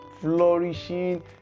flourishing